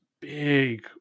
big